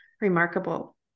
remarkable